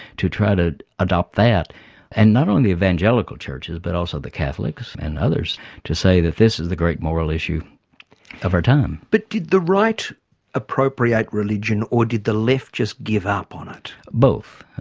to try to adopt that and not only evangelical churches but also the catholics and others to say that this is the great moral issue of our time. but did the right appropriate religion or did the left just give up on it? both.